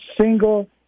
single